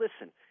listen